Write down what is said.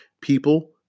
People